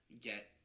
get